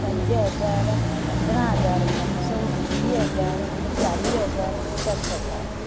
पंज हज़ार पंद्रहं हज़ार पंज सौ वीह हज़ार चालीह हज़ार सठि हज़ार